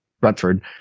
brentford